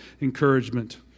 encouragement